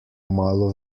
malo